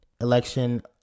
election